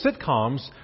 sitcoms